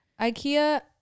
ikea